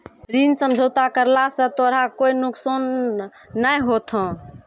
ऋण समझौता करला स तोराह कोय नुकसान नाय होथा